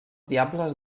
diables